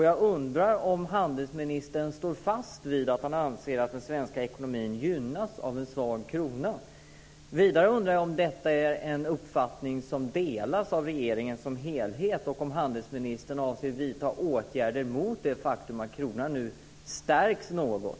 Jag undrar om handelsministern står fast vid att han anser att den svenska ekonomin gynnas av en svag krona. Vidare undrar jag om detta är en uppfattning som delas av regeringen som helhet och om handelsministern avser att vidta åtgärder mot det faktum att kronan nu stärks något.